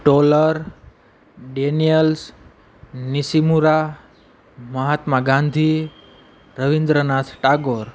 taller Daniels Nishimura Mahatma Gandhi Rabindranath Tagore